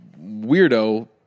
weirdo